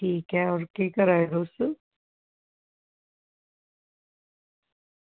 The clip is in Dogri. ठीक ऐ होर केह् करा दे तुस